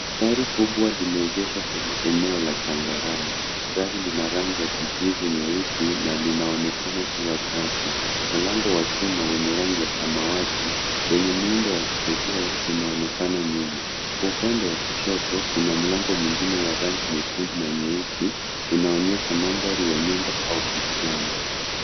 Gari kubwa limeegeshwa kwenye eneo la changarawe. Gari lina rangi ya kijivu nyeusi na linaonekana kuwa safi. Mlango wa chuma wenye rangi ya samawati wenye muundo wa kipekee unaonekana nyuma. Kwa upande wa kushoto kuna mlango mwingine wa rangi nyekundu na nyeusi unaonyesha mandha ya nyumba au bustani.